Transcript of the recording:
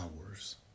hours